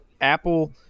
Apple